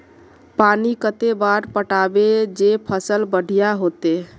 पानी कते बार पटाबे जे फसल बढ़िया होते?